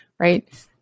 right